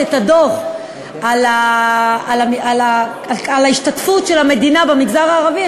את הדוח על השתתפות המדינה במגזר הערבי,